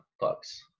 Bucks